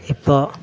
ഇപ്പോൾ